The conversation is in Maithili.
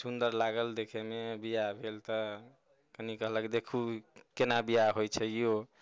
सुंदर लागल देखैमे बिआह भेल तऽ कनि कहलक देखु केना बिआह होइत छै यौ